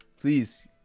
Please